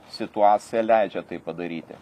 situacija leidžia tai padaryti